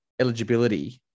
eligibility